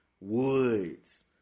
Woods